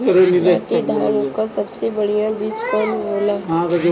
नाटी धान क सबसे बढ़िया बीज कवन होला?